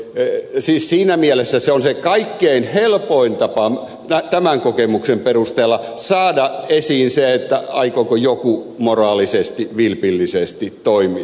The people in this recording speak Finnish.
siis siinä mielessä se on se kaikkein helpoin tapa tämän kokemuksen perusteella saada esiin se aikooko joku moraalisesti vilpillisesti toimia